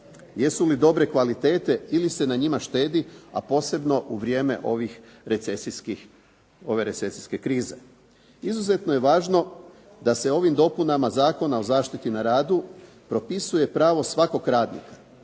jesu li dobre kvalitete ili se na njima štedi a posebno u vrijeme ove recesijske krize. Izuzetno je važno da se ovim dopunama Zakona o zaštiti na radu propisuje pravo svakog radnika